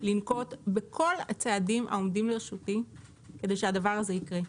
לנקוט בכל הצעדים העומדים לרשותי כדי שהדבר הזה יקרה.